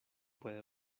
puede